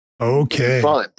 Okay